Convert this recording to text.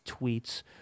tweets